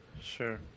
Sure